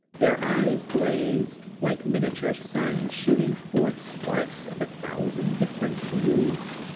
their eyes blazed like miniature suns shooting forth sparks of a thousand different hues.